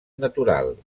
natural